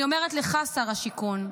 אני אומרת לך, שר השיכון,